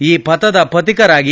ಈ ಪಥದ ಪಥಿಕರಾಗಿ